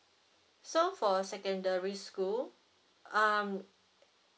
so for a secondary school um